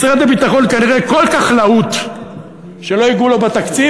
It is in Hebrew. משרד הביטחון כנראה כל כך להוט שלא ייגעו לו בתקציב,